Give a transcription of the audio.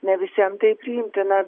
ne visiems tai priimtina